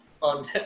on